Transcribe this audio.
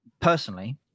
personally